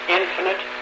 infinite